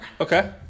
Okay